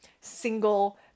single